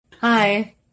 Hi